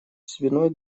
свиной